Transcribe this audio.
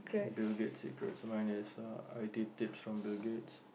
bill-gates secrets mine is uh i_t tips from bill-gates